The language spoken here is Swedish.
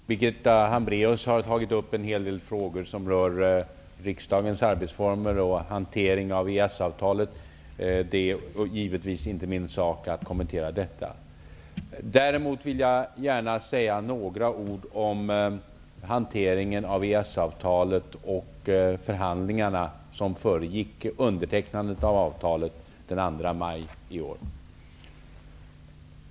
Fru talman! Birgitta Hambraeus har tagit upp en hel del frågor som rör riksdagens arbetsformer och hantering av EES-avtalet. Det är givetvis inte min sak att kommentera detta. Jag vill däremot säga några ord om hanteringen av EES-avtalet och förhandlingarna som föregick undertecknandet av avtalet den 2 maj i år.